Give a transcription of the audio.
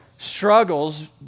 struggles